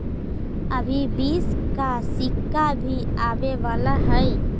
अभी बीस का सिक्का भी आवे वाला हई